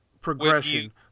progression